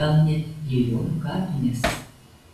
gal net lielionių kapines